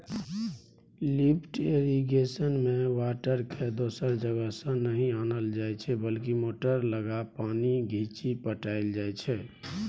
lift इरिगेशनमे बाटरकेँ दोसर जगहसँ नहि आनल जाइ छै बल्कि मोटर लगा पानि घीचि पटाएल जाइ छै